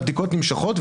הבדיקות נמשכות,